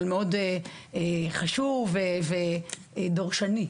אבל מאוד חשוב ודורשני,